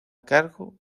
cargo